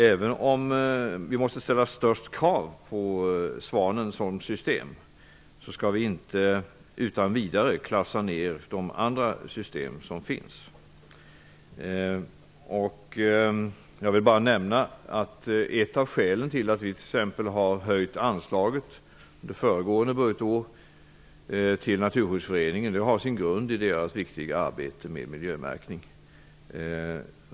Även om vi måste ställa störst krav på Svanen som system skall vi inte utan vidare klassa ner de andra system som finns. Jag vill nämna att ett av skälen till att vi har höjt anslaget till exempelvis Naturskyddsföreningen under föregående budgetår är dess viktiga arbete med miljömärkning.